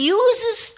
uses